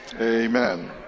amen